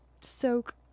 soak